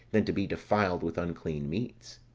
than to be defiled with unclean meats